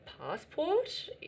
passport